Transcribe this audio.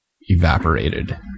evaporated